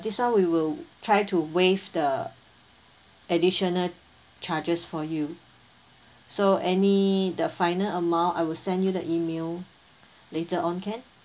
this one we will try to waive the additional charges for you so any the final amount I will send you the email later on can